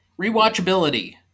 Rewatchability